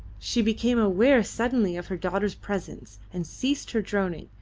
she became aware suddenly of her daughter's presence, and ceased her droning,